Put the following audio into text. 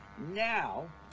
now